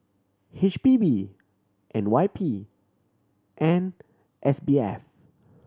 H P B N Y P and S B F